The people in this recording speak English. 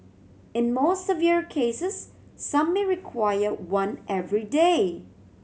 in more severe cases some may require one every day